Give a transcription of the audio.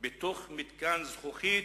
בתוך מתקן זכוכית,